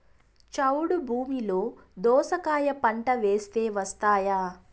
చౌడు భూమిలో దోస కాయ పంట వేస్తే వస్తాయా?